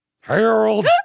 Harold